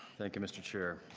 thank you, mr. chair.